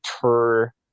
tour